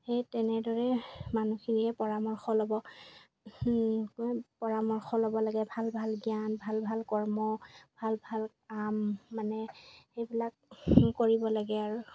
সেই তেনেদৰেই মানুহখিনিয়ে পৰামৰ্শ ল'ব পৰামৰ্শ ল'ব লাগে ভাল ভাল জ্ঞান ভাল ভাল কৰ্ম ভাল ভাল কাম মানে সেইবিলাক কৰিব লাগে আৰু